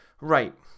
right